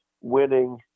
winning